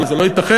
זה לא ייתכן.